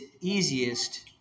easiest